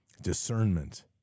discernment